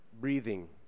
breathing